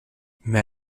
mais